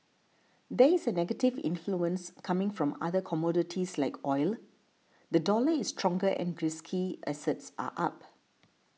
there is a negative influence coming from other commodities like oil the dollar is stronger and risky assets are up